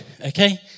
Okay